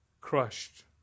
crushed